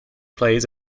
plays